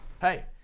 hey